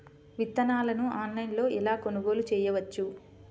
విత్తనాలను ఆన్లైనులో ఎలా కొనుగోలు చేయవచ్చు?